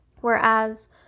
whereas